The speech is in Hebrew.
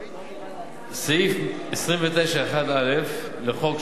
סעיף 29(1א) לחוק,